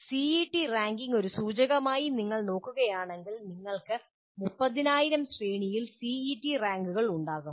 CET ranking ഒരു സൂചകമായി നിങ്ങൾ നോക്കുകയാണെങ്കിൽ നിങ്ങൾക്ക് 30000 ശ്രേണിയിൽ സിഇടി റാങ്കുകൾ ഉണ്ടാകും